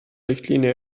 richtlinie